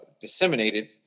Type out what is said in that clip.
disseminated